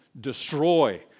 destroy